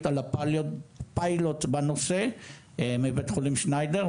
על הפיילוט בנושא מבית חולים שניידר,